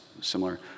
similar